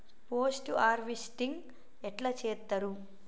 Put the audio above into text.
Post harvesting ఎట్ల చేత్తరు?